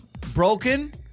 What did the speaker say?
broken